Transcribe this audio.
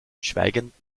schweigend